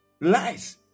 Lies